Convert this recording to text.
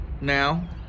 Now